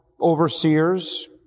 overseers